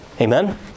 Amen